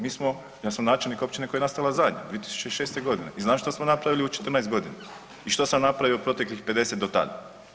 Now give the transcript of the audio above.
Mi smo, ja sam načelnik općine koja je nastala zadnja 2006. godine i znam šta smo napravili u 14 godina i što sam napravio proteklih 50 do tada.